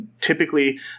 typically